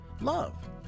Love